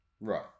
Right